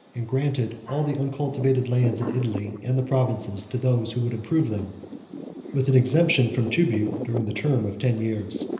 and granted all the uncultivated lands in italy and the provinces to those who would improve them with an exemption from tribute during the term of ten years.